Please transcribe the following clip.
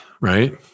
right